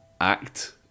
act